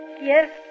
Yes